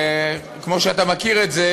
וכמו שאתה מכיר את זה,